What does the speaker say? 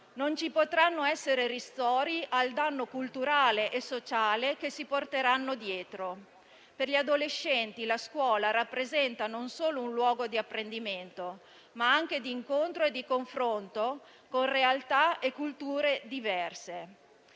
Non ci potranno essere ristori al danno culturale e sociale che si porteranno dietro. Per gli adolescenti la scuola rappresenta un luogo non solo di apprendimento, ma anche di incontro e confronto con realtà e culture diverse.